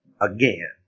Again